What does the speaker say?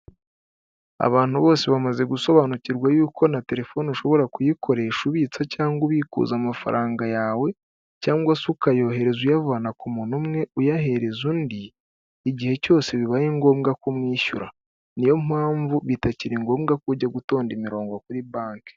Abantu bose bamaze gusobanukirwa yuko na telefone ushobora kuyikoresha ubitsa cyangwa ubikuza amafaranga yawe cyangwa se ukayohereza uyavana ku muntu umwe uyahereza undi igihe cyose bibaye ngombwa kumwishyura, niyo mpamvu bitakiri ngombwa ko ujya gutonda imirongo kuri banke.